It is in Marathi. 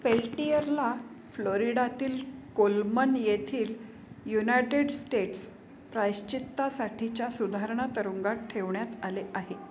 पेल्टियरला फ्लोरिडातील कोल्मन येथील युनायटेड स्टेट्स प्रायश्चित्तासाठीच्या सुधारणा तुरुंगात ठेवण्यात आले आहे